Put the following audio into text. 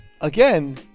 again